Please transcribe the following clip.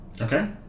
okay